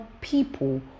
people